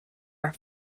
are